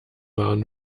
waren